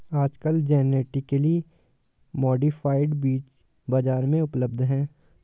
आजकल genetically modified बीज बाजार में उपलब्ध है